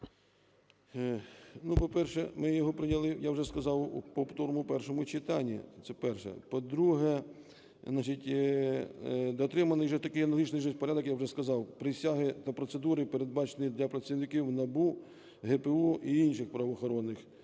М.П. По-перше, ми його прийняли, я вже сказав, у повторному першому читанні, це перше. По-друге, дотриманий вже такий аналогічний порядок, я вже сказав, присяги та процедури передбачений для працівників НАБУ, ГПУ і інших правоохоронних